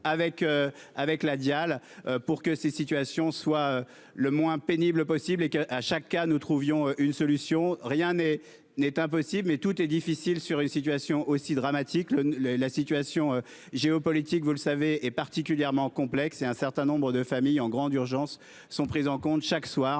avec la Dial pour que ces situations soit le moins pénible possible et qu'à chaque cas nous trouvions une solution. Rien n'est n'est impossible mais tout est difficile sur une situation aussi dramatique le le la situation géopolitique, vous le savez est particulièrement complexe et un certain nombre de familles en grande urgence sont prises en compte chaque soir